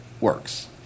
works